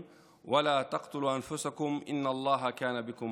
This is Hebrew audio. להלן תרגומם: בשם האל הרחום והחנון,